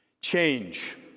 Change